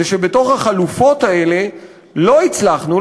זה שבתוך החלופות האלה לא הצלחנו,